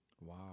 Wow